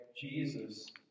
Jesus